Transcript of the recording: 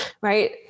right